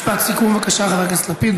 משפט סיכום, בבקשה, חבר הכנסת לפיד.